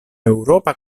eŭropa